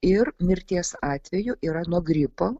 ir mirties atvejų yra nuo gripo